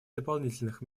дополнительных